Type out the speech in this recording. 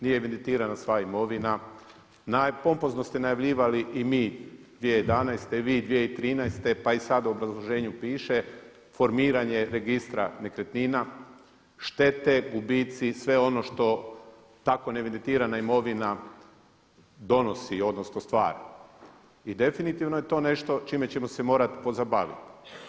Nije evidentirana sva imovina, pompozno ste najavljivali i mi 2011. vi 2013., pa sada u obrazloženju piše formiranje registra nekretnina, štete, gubici, sve ono što tako neevidentirana imovina donosi odnosno stvara i definitivno je to nešto čime ćemo se morati pozabaviti.